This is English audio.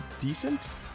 decent